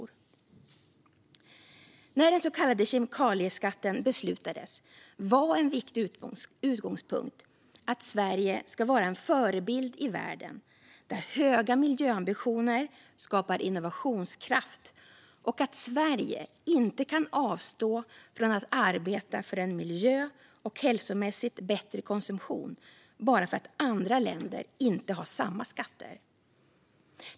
När beslut fattades om den så kallade kemikalieskatten var en viktig utgångspunkt att Sverige ska vara en förebild i världen, där höga miljöambitioner skapar innovationskraft, och att Sverige inte kan avstå från att arbeta för en miljö och hälsomässigt bättre konsumtion bara för att andra länder inte har samma skatter.